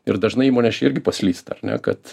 ir dažnai įmonės čia irgi paslysta ar ne kad